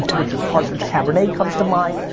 richard partridge cabernet comes to mind,